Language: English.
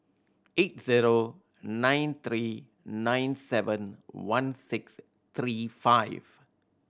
eight zero nine three nine seven one six three five